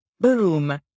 boom